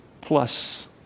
plus